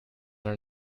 are